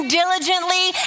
diligently